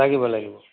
লাগিব লাগিব